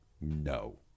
no